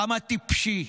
כמה טיפשי.